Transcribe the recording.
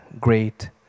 great